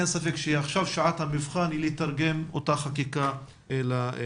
אין ספק שעכשיו שעת המבחן היא לתרגם את אותה חקיקה למעשה.